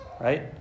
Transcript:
right